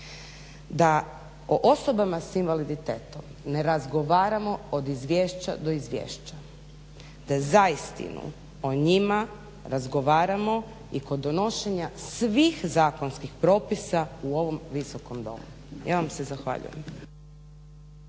da o osobama s invaliditetom ne razgovaramo od izvješća do izvješća da zaistinu o njima razgovaramo i kod donošenja svih zakonskih propisa u ovom Visokom domu. Ja vam se zahvaljujem.